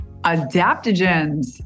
Adaptogens